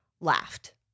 laughed